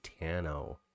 Tano